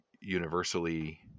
universally